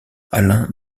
alain